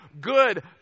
good